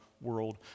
world